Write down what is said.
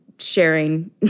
sharing